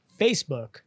Facebook